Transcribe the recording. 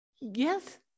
Yes